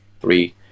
three